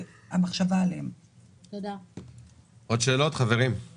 אני מעלה להצבעה את תקציב ועדת הבחירות המרכזית לכנסת לשנת 2022,